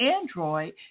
Android